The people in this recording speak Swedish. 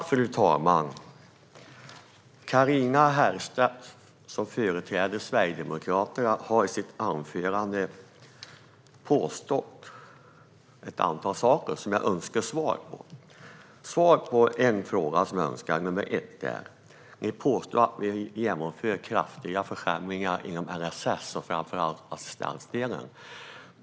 Fru talman! Carina Herrstedt, som företräder Sverigedemokraterna, har i sitt anförande påstått ett antal saker som jag önskar ställa ett par frågor om. Den första frågan jag önskar svar på, Carina Herrstedt, handlar om att ni påstår att vi genomför kraftiga försämringar inom LSS - framför allt i assistansdelen.